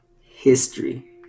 History